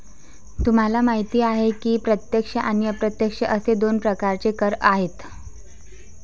तुम्हाला माहिती आहे की प्रत्यक्ष आणि अप्रत्यक्ष असे दोन प्रकारचे कर आहेत